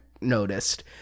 noticed